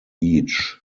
each